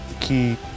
key